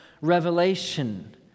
Revelation